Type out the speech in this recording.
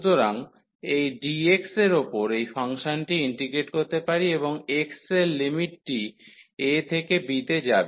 সুতরাং হয় আমরা এই dx এর উপর এই ফাংশনটি ইন্টিগ্রেট করতে পারি এবং x এর লিমিটটি a থেকে b তে যাবে